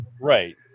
Right